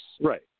Right